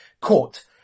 court